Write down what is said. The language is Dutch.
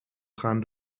gaan